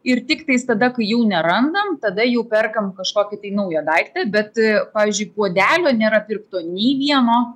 ir tiktais tada kai jau nerandam tada jau perkam kažkokį naują daiktą bet pavyzdžiui puodelio nėra pirkto nei vieno